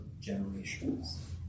generations